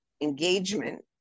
engagement